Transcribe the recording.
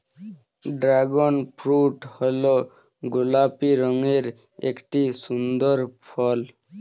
dragon fruit হল গোলাপি রঙের একটি সুন্দর ফল